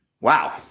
wow